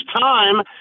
time